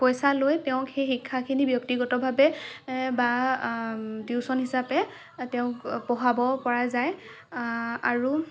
পইচা লৈ তেওঁক সেই শিক্ষাখিনি ব্যক্তিগতভাৱে বা টিউচন হিচাপে তেওঁক পঢ়াব পৰা যায় আৰু